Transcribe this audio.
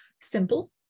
simple